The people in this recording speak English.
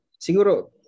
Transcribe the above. Siguro